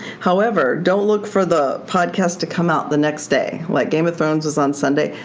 however, don't look for the podcast to come out the next day. like game of thrones was on sunday.